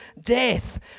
death